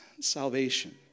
salvation